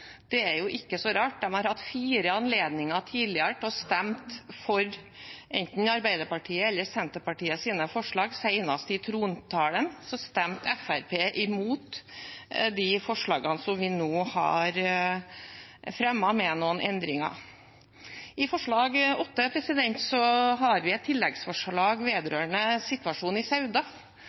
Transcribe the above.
Det er ikke så rart. De har hatt fire anledninger tidligere til å stemme for enten Arbeiderpartiets eller Senterpartiets forslag. Senest ved behandlingen av trontalen stemte Fremskrittspartiet imot de forslagene vi nå har fremmet, med noen endringer. I forslag nr. 8 har vi et tilleggsforslag vedrørende situasjonen i Sauda.